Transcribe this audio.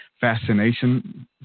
fascination